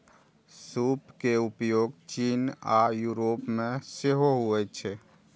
सूप के उपयोग चीन आ यूरोप मे सेहो होइ छै